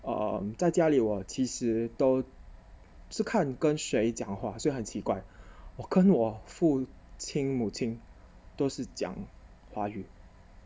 uh 在家里我其实都是看跟谁讲话所以很奇怪我跟我父亲母亲都是讲华语